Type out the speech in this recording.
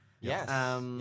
Yes